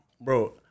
Bro